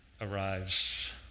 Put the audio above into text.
arrives